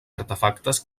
artefactes